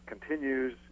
continues